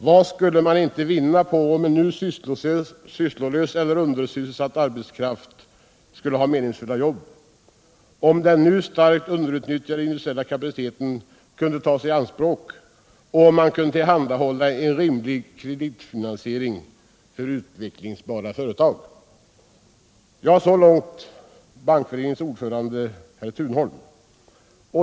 Vad skulle man inte vinna på om nu sysslolös eller undersysselsatt arbetskraft skulle ha meningsfulla jobb, om den nu starkt underutnyttjade industriella kapaciteten kunde tas i anspråk och om man kunde tillhandahålla en rimlig kreditfinansiering för utvecklingsbara företag.” Så långt Bankföreningens ordförande herr Thunholm.